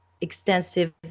extensive